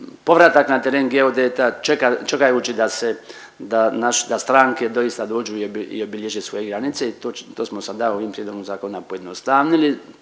povratak na teren geodeta čekajući da se, da stranke doista dođu i obilježe svoje granice. I to smo sada ovim prijedlogom zakona pojednostavnili.